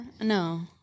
no